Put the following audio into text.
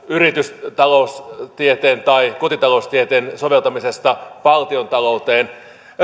yritystaloustieteen tai kotitaloustieteen soveltamista valtiontalouteen